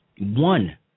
one